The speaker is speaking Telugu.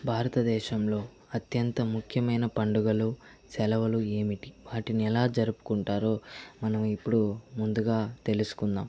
భారతదేశంలో అత్యంత ముఖ్యమైన పండుగలు సెలవులు ఏమిటి వాటిని ఎలా జరుపుకుంటారో మనం ఇప్పుడు ముందుగా తెలుసుకుందాం